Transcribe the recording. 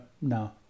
no